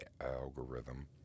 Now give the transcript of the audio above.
algorithm